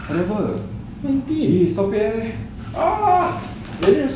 twenty that day also I